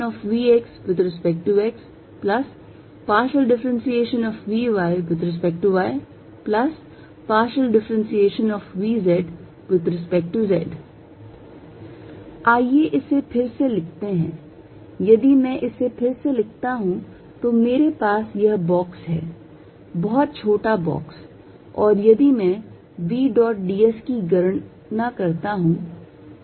vx∂xy∂yz∂zxvxyvyzvzvx∂xvy∂yvz∂z आइए इसे फिर से लिखते हैं यदि मैं इसे फिर से लिखता हूं तो मेरे पास यह बॉक्स है बहुत छोटा बॉक्स और यदि मैं v dot ds की गणना करता हूं